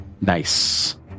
Nice